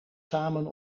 samen